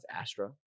Astra